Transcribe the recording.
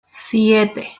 siete